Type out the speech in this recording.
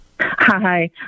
Hi